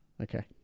Okay